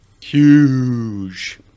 huge